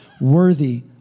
worthy